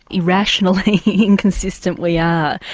irrationally inconsistent we are.